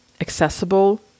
accessible